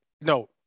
no